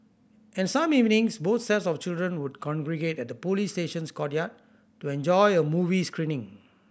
and some evenings both sets of children would congregate at the police station's courtyard to enjoy a movie screening